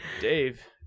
dave